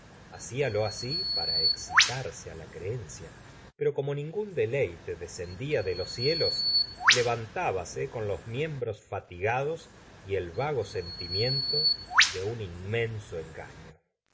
adulterio bacialo así para excitarse á la creencia pero como ningún deleite descendía de los cielos levantábase con los miembros fatiga dos y el vago sentimiento de un inmenso engaño